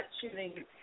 shooting